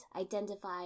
identify